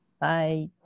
Bye